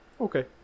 Okay